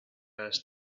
pass